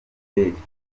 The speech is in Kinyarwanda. minisitiri